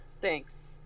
Thanks